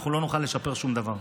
אנחנו לא נוכל לשפר שום דבר.